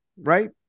right